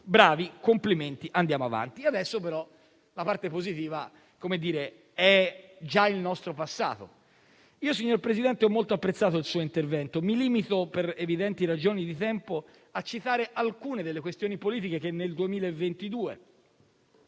bravi, complimenti, andiamo avanti. Adesso però la parte positiva è già il nostro passato. Signor Presidente del Consiglio, ho molto apprezzato il suo intervento; per evidenti ragioni di tempo, mi limito a citare alcune delle questioni politiche che nel 2022